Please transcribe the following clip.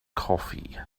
coffee